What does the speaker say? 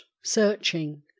searching